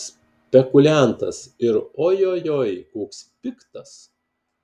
spekuliantas ir ojojoi koks piktas